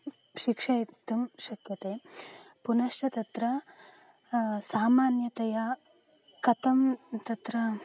शिक्षयितुं शक्यते पुनश्च तत्र सामान्यतया कथं तत्र